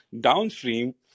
downstream